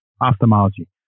ophthalmology